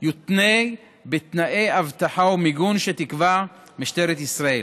יותנה בתנאי אבטחה ומיגון שתקבע משטרת ישראל.